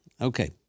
okay